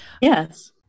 Yes